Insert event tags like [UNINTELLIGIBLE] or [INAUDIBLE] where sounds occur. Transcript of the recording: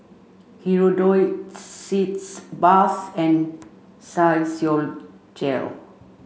Hirudoid [UNINTELLIGIBLE] Sitz bath and Physiogel